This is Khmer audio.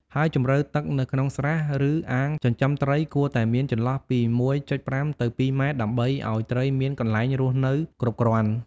ហើយជម្រៅទឹកនៅក្នុងស្រះ ឬអាងចិញ្ចឹមត្រីគួរតែមានចន្លោះពី ១.៥ ទៅ ២ ម៉ែត្រ ដើម្បីឲ្យត្រីមានកន្លែងរស់នៅគ្រប់គ្រាន់។